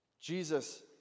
Jesus